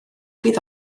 fydd